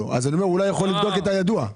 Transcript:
אני אומר אולי הוא יכול לבדוק את הידוע.